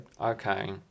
okay